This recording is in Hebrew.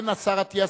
השר אטיאס,